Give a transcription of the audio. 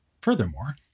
Furthermore